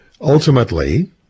ultimately